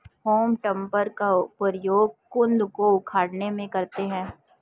home टॉपर का प्रयोग कन्द को उखाड़ने में करते हैं